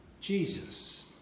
Jesus